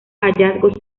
hallazgos